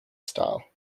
style